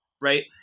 right